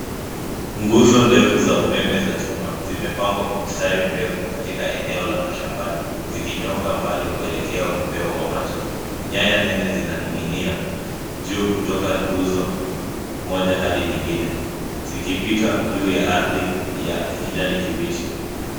Nguzo ndefu za umeme za chuma zimepangwa kwa mstari mrefu katika eneo la mashambani. Zikinyooka mbali kuelekea upeo wa macho. Nyaya nene zinaning'inia juu kutoka nguzo moja hadi nyingine zikipita juu ya ardhi ya kijani kibichi.